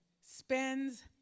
spends